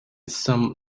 some